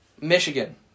Michigan